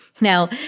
Now